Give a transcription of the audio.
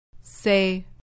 Say